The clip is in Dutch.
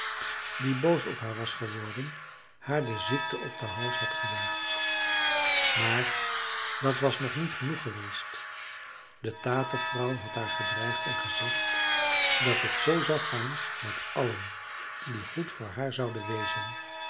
die boos op haar was geworden haar de ziekte op den hals had gejaagd maar dat was nog niet genoeg geweest de tatervrouw had haar gedreigd en gezegd dat t zoo zou gaan met allen die goed voor haar zouden wezen